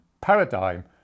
paradigm